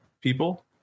people